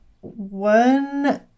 one